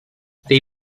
they